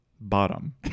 Bottom